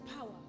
power